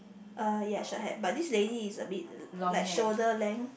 uh yeah short hair but this lady is a bit like shoulder length